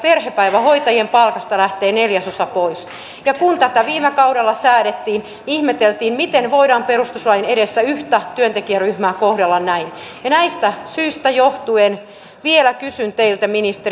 perhepäivähoitajien palkasta lähtee neljäsosa pois ja kun tätä viime kaudella säädettiin ihmeteltiin miten voidaan perustuslain edessä yhtä työntekijäryhmää kohdella näin ja näistä syistä johtuen vielä kysyn teiltä ministeri